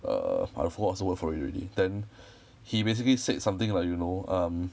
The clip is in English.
err I forgot what's the word for it already then he basically said something like you know um